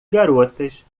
garotas